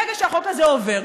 מהרגע שהחוק הזה עובר